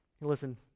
Listen